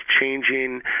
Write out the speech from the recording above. changing